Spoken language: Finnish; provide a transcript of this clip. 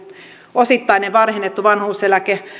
osittainen varhennettu vanhuuseläke